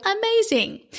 amazing